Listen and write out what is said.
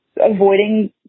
avoiding